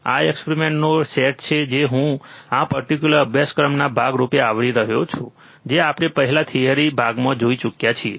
આ એક્સપેરિમેન્ટનો સેટ છે જેને હું આ પર્ટીક્યુલર અભ્યાસક્રમના ભાગ રૂપે આવરી રહ્યો છું જે આપણે પહેલા થીયરી ભાગમાં જોઈ ચૂક્યા છીએ